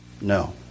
no